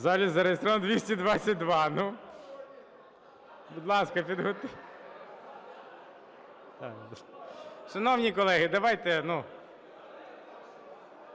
залі зареєстровано 222… Будь ласка, підготуйтесь. Шановні колеги, давайте….